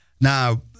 Now